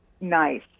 nice